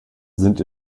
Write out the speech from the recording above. sind